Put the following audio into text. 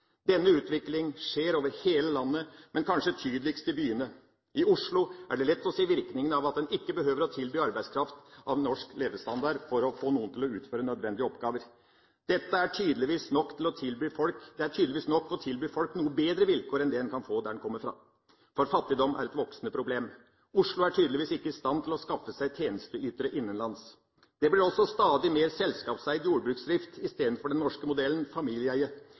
Denne utvikling skjer over hele landet, men kanskje tydeligst i byene. I Oslo er det lett å se virkninga av at en ikke behøver å tilby arbeidsfolk en norsk levestandard for å få noen til å utføre nødvendige oppgaver. Det er tydeligvis nok å tilby folk noe bedre vilkår enn det en kan få der en kommer fra, for fattigdom er et voksende problem. Oslo er tydeligvis ikke i stand til å skaffe seg tjenesteytere innenlands. Det blir også stadig mer selskapseid jordbruksdrift, i stedet for den norske modellen – familieeie.